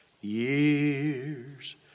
Years